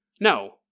no